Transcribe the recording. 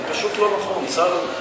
זה פשוט לא נכון, צר לי.